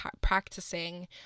practicing